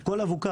כל אבוקה,